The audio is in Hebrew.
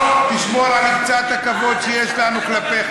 תשמור על קצת הכבוד שעוד יש לנו כלפיך,